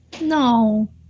No